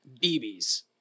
BBs